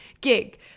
gig